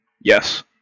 yes